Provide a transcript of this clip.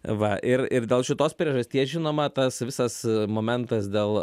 va ir ir dėl šitos priežasties žinoma tas visas momentas dėl